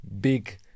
big